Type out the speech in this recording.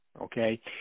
Okay